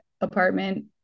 apartment